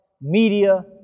media